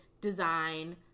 design